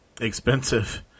Expensive